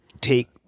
take